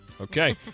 Okay